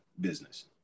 business